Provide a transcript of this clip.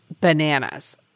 bananas